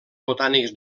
botànics